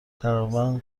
تقریبا